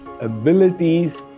abilities